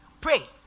pray